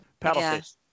Paddlefish